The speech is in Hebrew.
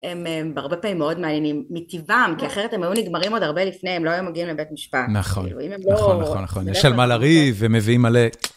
הם הרבה פעמים מאוד מעניינים מטבעם, כי אחרת הם היו נגמרים עוד הרבה לפני, הם לא היו מגיעים לבית משפט. נכון. נכון, נכון, נכון. יש על מה לריב, הם מביאים מלא...